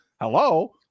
Hello